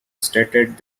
stated